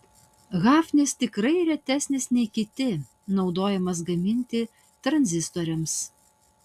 hafnis tikrai retesnis nei kiti naudojamas gaminti tranzistoriams